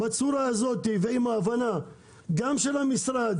בצורה הזאת ועם ההבנה גם של המשרד,